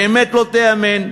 באמת לא תיאמן,